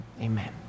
amen